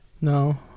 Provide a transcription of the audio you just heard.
No